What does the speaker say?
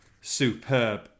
superb